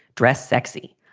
dress sexy.